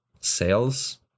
sales